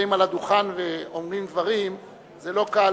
נמצאים על הדוכן ואומרים דברים זה לא קל